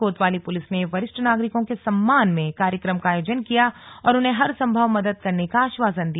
कोतवाली पुलिस ने वरिष्ठ नागरिकों के सम्मान में कार्यक्रम का आयोजन किया और उन्हें हरसंभव मदद करने का आश्वासन दिया